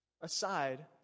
aside